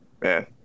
man